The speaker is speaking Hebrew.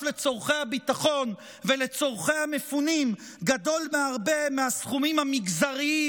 לצורכי הביטחון ולצורכי המפונים גדול בהרבה מהסכומים המגזריים,